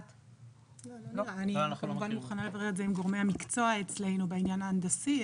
אני מוכנה לברר את זה עם גורמי המקצוע אצלנו בענין ההנדסי,